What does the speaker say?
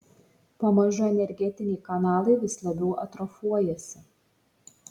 pamažu energetiniai kanalai vis labiau atrofuojasi